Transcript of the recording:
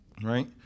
Right